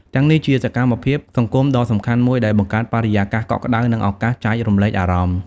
ទាំងនេះជាសកម្មភាពសង្គមដ៏សំខាន់មួយដែលបង្កើតបរិយាកាសកក់ក្ដៅ និងឱកាសចែករំលែកអារម្មណ៍ ។